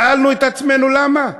שאלנו את עצמנו: למה?